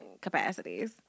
capacities